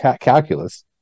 calculus